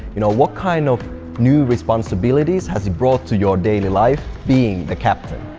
you know what kind of new responsibilities has it brought to your daily life being the captain?